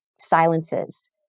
silences